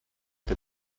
the